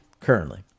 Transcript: currently